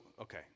okay